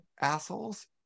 assholes